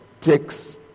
takes